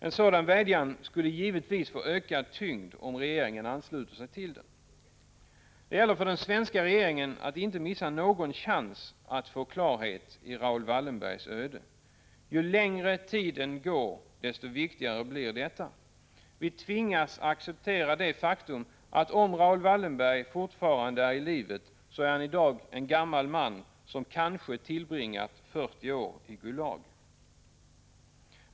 En sådan vädjan skulle givetvis få ökad tyngd om regeringen ansluter sig till den. Det gäller för den svenska regeringen att inte missa någon chans att få klarhet i Raoul Wallenbergs öde. Ju längre tiden går, desto viktigare blir detta. Vi tvingas acceptera det faktum att om Raoul Wallenberg fortfarande ärilivet, så är han i dag en gammal man, som kanske tillbringat 40 år i Gulag.